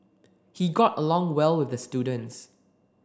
he got along well with the students